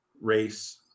race